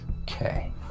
okay